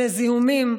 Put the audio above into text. לזיהומים,